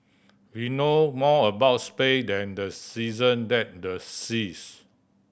we know more about space than the season and the seas